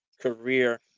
career